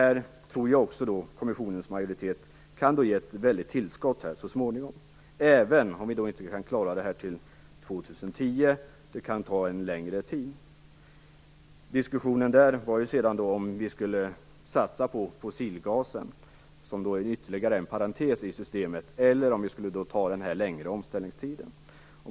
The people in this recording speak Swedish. Kommissionens majoritet tror att detta kan ge ett väldigt tillskott så småningom, även om vi inte kan klara det till år 2010. Det kan ta längre tid. Diskussionen har handlat om ifall vi skall satsa på fossilgasen, som är en ytterligare parentes i systemet, eller ifall vi skall ta den längre omställningstiden.